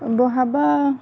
बहाबा